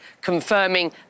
confirming